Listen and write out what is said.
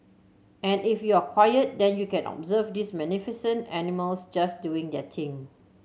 and if you're quiet then you can observe these magnificent animals just doing their thing